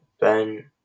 Ben